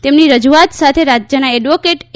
તેમની રજૂઆત સાથે રાજ્યના એડવોકેટ એ